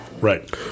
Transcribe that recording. Right